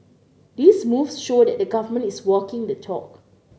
these moves show that the government is walking the talk